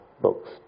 books